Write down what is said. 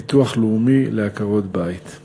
(ביטוח לאומי לעקרות בית);